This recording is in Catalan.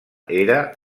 era